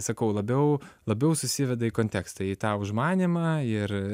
sakau labiau labiau susiveda į kontekstą į tą užmanymą ir